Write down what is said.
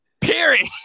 Period